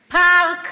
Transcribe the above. פארק.